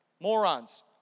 morons